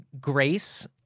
grace